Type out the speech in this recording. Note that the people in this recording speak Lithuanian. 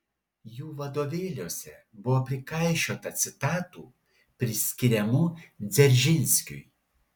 jų vadovėliuose buvo prikaišiota citatų priskiriamų dzeržinskiui